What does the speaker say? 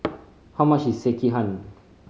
how much is Sekihan